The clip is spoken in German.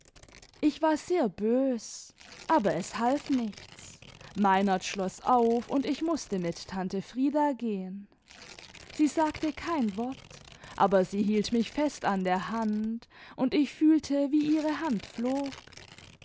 ich war sehr bös aber es half nichts meinert schloß auf und ich mußte mit tante frieda gehen sie sagte kein wort aber sie hielt mich fest an der hand und ich fühlte wie ihre hand flog